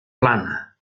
plana